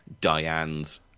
Diane's